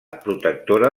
protectora